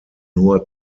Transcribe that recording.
nur